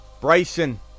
Bryson